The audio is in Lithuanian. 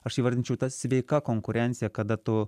aš įvardinčiau ta sveika konkurencija kada tu